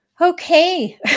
Okay